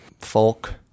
folk